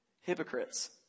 hypocrites